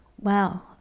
Wow